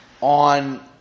on